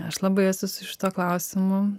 aš labai esu su šituo klausimu